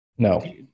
No